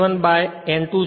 a n 1 n 2 છે